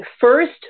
First